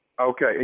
Okay